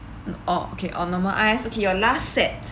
oh okay oh normal ice okay your last set